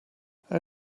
how